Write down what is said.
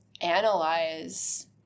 analyze